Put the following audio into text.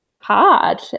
Hard